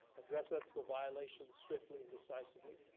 address ethical violations swiftly and decisively.